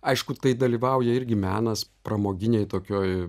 aišku tai dalyvauja irgi menas pramoginėj tokioj